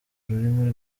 ururimi